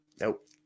Nope